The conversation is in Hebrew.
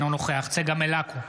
אינו נוכח צגה מלקו,